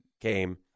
came